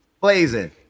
Blazing